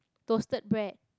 toasted bread